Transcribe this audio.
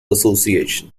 association